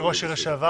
כראש עיר לשעבר,